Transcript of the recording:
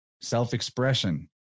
self-expression